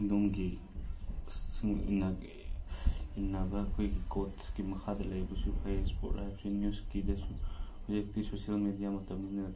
ꯑꯗꯣꯝꯒꯤ ꯏꯟꯅꯕ ꯑꯩꯈꯣꯏꯒꯤ ꯀꯣꯁꯀꯤ ꯃꯈꯥꯗ ꯂꯩꯕꯁꯨ ꯐꯩ ꯁ꯭ꯄꯣꯔꯠ ꯍꯥꯏꯕꯁꯤ ꯅꯤꯎꯁꯀꯤꯗꯁꯨ ꯍꯧꯖꯤꯛꯇꯤ ꯁꯣꯁꯦꯜ ꯃꯦꯗꯤꯌꯥ ꯃꯇꯝꯅꯤꯅ